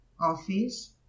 office